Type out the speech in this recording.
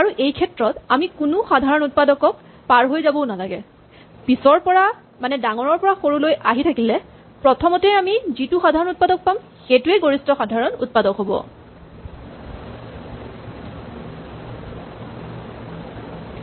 আৰু এইক্ষেত্ৰত আমি কোনো সাধাৰণ উৎপাদকক পাৰ হৈ যাবও নালাগে পিছৰ পৰা মানে ডাঙৰৰ পৰা সৰুলৈ আহি থাকিলে প্ৰথমতেই আমি যিটো সাধাৰণ উৎপাদক পাম সেইটোৱেই গৰিষ্ঠ সাধাৰণ উৎপাদক হ'ব